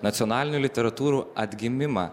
nacionalinių literatūrų atgimimą